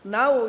Now